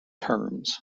terms